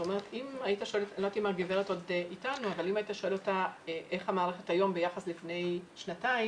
אם היית שואל את הגברת איך המערכת היום ביחס ללפני שנתיים,